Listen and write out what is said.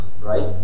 Right